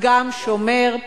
פתגם שאומר,